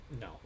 No